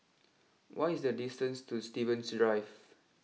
what is the distance to Stevens Drive